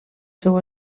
seu